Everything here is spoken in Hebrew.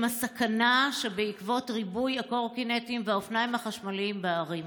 הסכנה שבעקבות ריבוי הקורקינטים והאופניים החשמליים בערים?